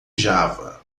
java